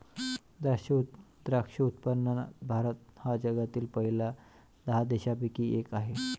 द्राक्ष उत्पादनात भारत हा जगातील पहिल्या दहा देशांपैकी एक आहे